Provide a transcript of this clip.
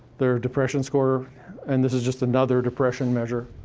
their depression score and this is just another depression measure.